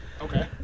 Okay